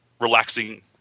relaxing